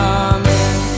amen